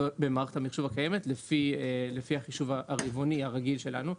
במערכת המחשוב הקיימת לפי החישוב הרבעוני הרגיל שלנו,